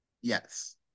Yes